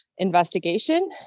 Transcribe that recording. investigation